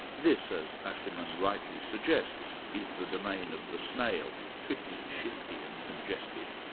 this, as aciman rightly suggests, is the domain of the snail tricky, shifty, and congested.